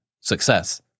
success